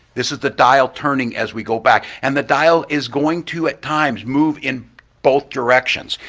this is the dial turning as we go back, and the dial is going to at times move in both directions.